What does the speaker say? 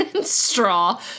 straw